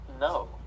No